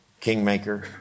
kingmaker